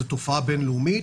זו תופעה בין לאומית,